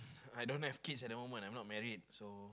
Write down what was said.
I don't have kids at the moment I'm not married so